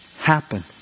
happen